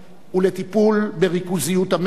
ולטיפול בריכוזיות המשק,